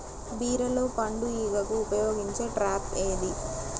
బీరలో పండు ఈగకు ఉపయోగించే ట్రాప్ ఏది?